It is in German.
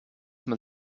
man